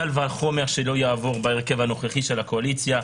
קל וחומר שהוא לא יעבור בהרכב הנוכחי של הקואליציה.